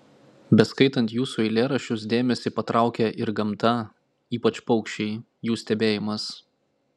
beskaitant jūsų eilėraščius dėmesį patraukia ir gamta ypač paukščiai jų stebėjimas